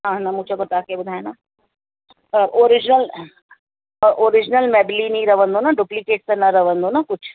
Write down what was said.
हा न मूं जेको तव्हांखे ॿुधायां न ओरिजनल ओरिजनल मेबिलिन ई रहंदो न डुप्लकेट त न रहंदो न कुझु